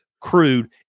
crude